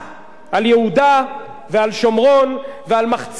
ועל מחציתה של ירושלים תמורת הסכם,